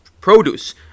produce